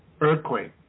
Earthquake